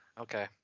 Okay